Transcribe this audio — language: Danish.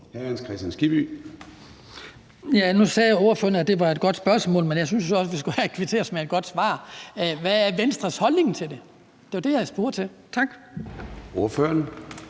Hvad er Venstres holdning til det?